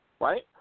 right